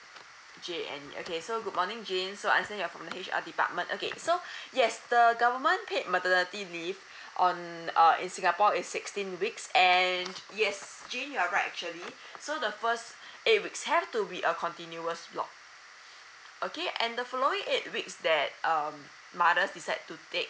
J A N E okay so good morning jane so I understand that you're from the H_R department okay so yes the government paid maternity leave on uh in singapore is sixteen weeks and yes jane you're right actually so the first eight weeks have to be a continuous lot okay and the following eight weeks that um mothers decide to take